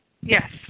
Yes